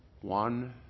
one